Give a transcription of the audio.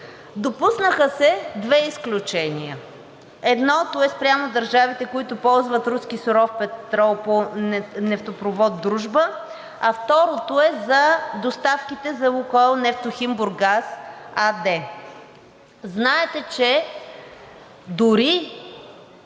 Допуснаха се две изключения. Едното е спрямо държавите, които ползват руски суров петрол по нефтопровод „Дружба“, а второто е доставките за „Лукойл Нефтохим Бургас“ АД. Знаете, че дори